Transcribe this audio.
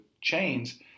chains